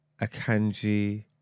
Akanji